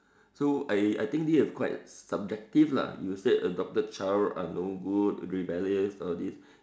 so I I think this is quite subjective lah you say adopted child are no good rebellious all these